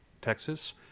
Texas